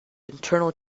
internal